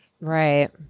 Right